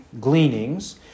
gleanings